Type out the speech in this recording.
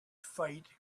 fight